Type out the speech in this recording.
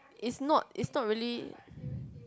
it's not it's not really